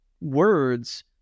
words